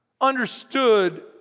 understood